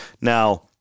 now